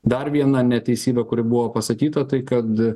dar viena neteisybė kuri buvo pasakyta tai kad